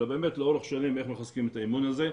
אלא באמת לאורך שנים איך מחזקים את האמון הזה.